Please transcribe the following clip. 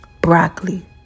broccoli